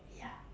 ya